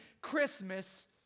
Christmas